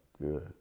Good